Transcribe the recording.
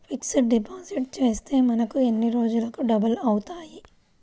Fixed deposit చేస్తే మనకు ఎన్ని రోజులకు డబల్ అవుతాయి?